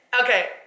Okay